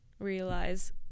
realize